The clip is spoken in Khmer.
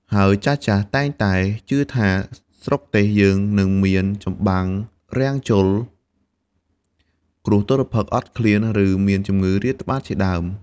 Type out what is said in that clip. ហើយចាស់ៗតែងតែជឿថា ស្រុកទេសយើងនឹងមានចម្បាំងរាំងជល់ គ្រោះទុរ្ភិក្សអត់ឃ្លាន ឬមានជំងឺរាតត្បាតជាដើម។